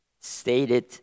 stated